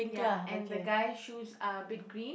ya and the guy shoes are a bit green